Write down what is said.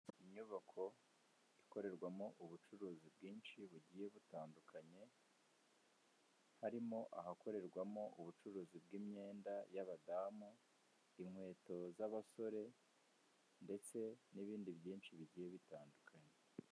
Inyubako ikorerwamo ubucuruzi bwinshi bugiye butandukanye harimo ahakorerwamo ubucuruzi bw'imyenda y'abadamu, inkweto z'abasore ndetse n'ibindi byinshi bigiye bitandukanye.